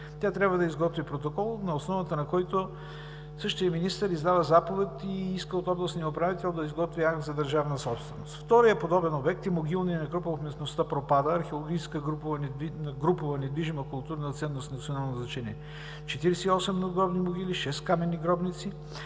Тя трябва да изготви протокол, на основа на който същият министър издава заповед и иска от областния управител на Бургас да изготви акт за държавна собственост. Вторият такъв обект е „Могилен некропол“ в местността „Пропада“, археологическа групова недвижима културна ценност с национално значение – 48 надгробни могили и 6 каменни гробници.